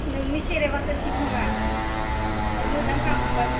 नोंनि सेरेबासो थिग नङा फाय मोजां खाम होमब्ला